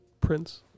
prince